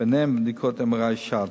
ביניהן בדיקות MRI שד.